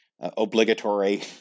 obligatory